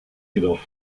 jedoch